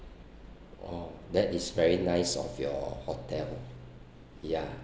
oh that is very nice of your hotel ya